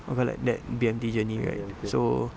of like that B_M_T journey right so